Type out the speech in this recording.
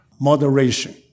moderation